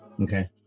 okay